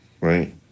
right